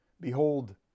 Behold